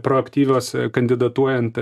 proaktyvios kandidatuojant